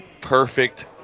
Perfect